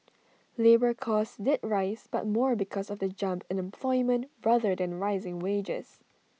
labour costs did rise but more because of the jump in employment rather than rising wages